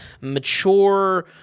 Mature